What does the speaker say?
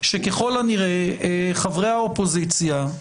הוא שככל הנראה, חברי האופוזיציה,